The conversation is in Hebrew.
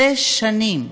שש שנים,